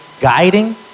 guiding